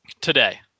today